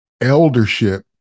eldership